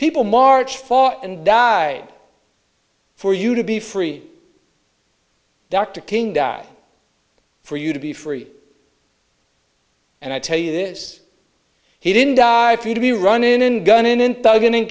people march fought and died for you to be free dr king die for you to be free and i tell you this he didn't die for you to be runnin in gun in